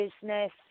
business